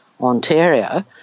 Ontario